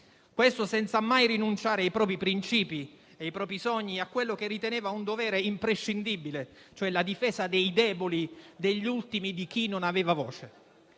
ciò senza mai rinunciare ai propri principi, ai propri sogni e a ciò che riteneva un dovere imprescindibile, cioè la difesa dei deboli, degli ultimi, di chi non aveva voce.